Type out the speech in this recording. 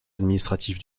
administratif